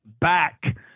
back